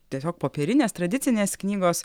tiesiog popierinės tradicinės knygos